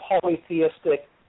polytheistic